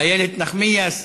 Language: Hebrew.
איילת נחמיאס,